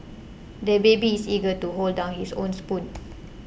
the baby is eager to hold down his own spoon